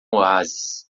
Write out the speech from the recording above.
oásis